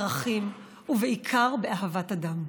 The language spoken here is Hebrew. בערכים ובעיקר באהבת אדם.